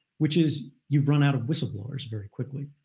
which is you've run out of whistleblowers very quickly.